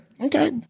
Okay